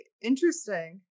Interesting